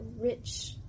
rich